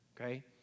Okay